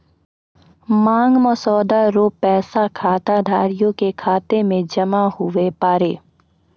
मांग मसौदा रो पैसा खाताधारिये के खाता मे जमा हुवै पारै